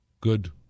Good